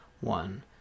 one